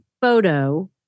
photo